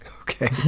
Okay